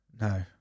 No